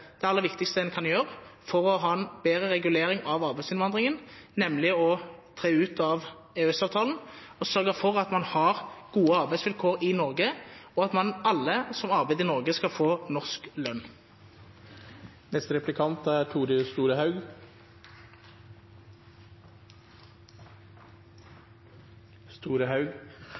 kanskje aller viktigste man kan gjøre for en bedre regulering av arbeidsinnvandringen, er å tre ut av EØS-avtalen og sørge for at man har gode arbeidsvilkår i Norge, og at alle som arbeider i Norge, får norsk lønn.